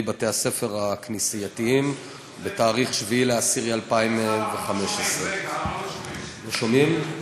בתי-הספר הכנסייתיים בתאריך 7 באוקטובר 2015. אדוני השר,